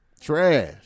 Trash